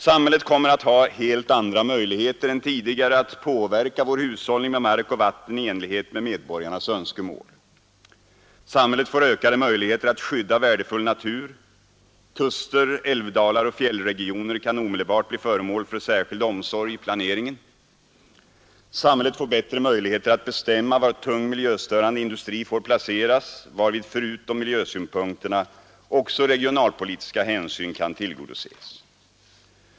Samhället kommer att ha helt andra möjligheter än tidigare att påverka vår hushållning med mark och vatten i enlighet med medborgarnas önskemål. Samhället får ökade möjligheter att skydda värdefull natur. Kuster, älvdalar och fjällregioner kan omedelbart bli föremål för särskild omsorg i planeringen. Samhället får bättre möjligheter att bestämma var tung miljöstörande industri får placeras, varvid förutom miljösynpunkterna också regionalpolitiska hänsyn tillgodoses.